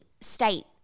state